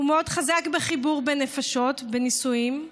הוא מאוד חזק בחיבור בין נפשות, בנישואים,